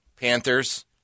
Panthers